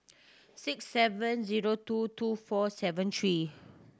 six seven zero two two four seven three